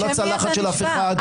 לא לצלחת של אף אחד,